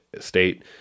state